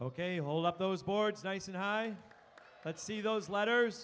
ok hold up those boards nice and high but see those letters